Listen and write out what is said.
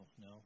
No